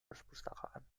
perpustakaan